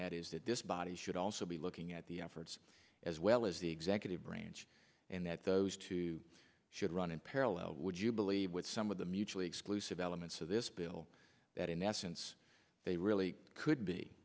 that is that this body should also be looking at the efforts as well as the executive branch and that those two should run in parallel would you believe with some of the mutually exclusive elements of this bill that in essence they really could